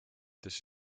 this